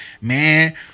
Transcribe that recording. man